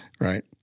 Right